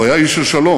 הוא היה איש של שלום.